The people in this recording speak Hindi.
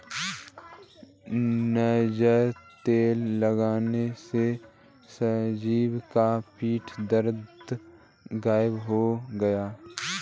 नाइजर तेल लगाने से संजीव का पीठ दर्द गायब हो गया